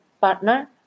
partner